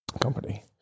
Company